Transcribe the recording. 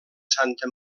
santa